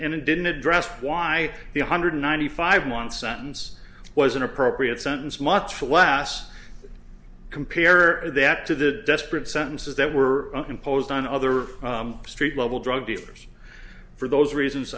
and it didn't address why the one hundred ninety five month sentence was an appropriate sentence much for less compare that to the desperate sentences that were imposed on other street level drug dealers for those reasons